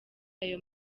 ayo